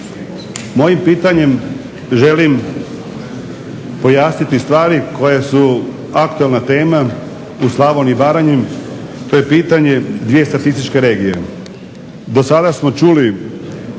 Mojim pitanjem želim pojasniti stvari koje su aktualna tema u Slavoniji i Baranji, to je pitanje dvije statističke regije.